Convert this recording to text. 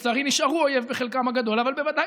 ולצערי נשארו אויב בחלקם הגדול אבל בוודאי